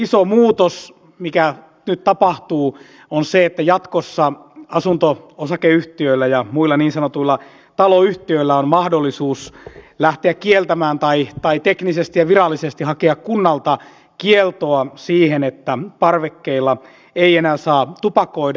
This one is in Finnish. iso muutos mikä nyt tapahtuu on se että jatkossa asunto osakeyhtiöillä ja muilla niin sanotuilla taloyhtiöillä on mahdollisuus lähteä kieltämään tai teknisesti ja virallisesti hakea kunnalta kieltoa että parvekkeilla ei enää saa tupakoida